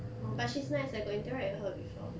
but she's nice I got interact with her before